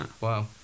Wow